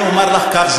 אני אומר לך כך,